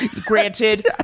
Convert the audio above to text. Granted